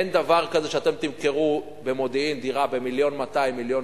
אין דבר כזה שאתם תמכרו במודיעין דירה ב-1.2 מיליון,